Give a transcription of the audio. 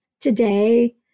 today